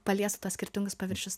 paliestų tuos skirtingus paviršius